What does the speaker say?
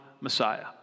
Messiah